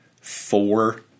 four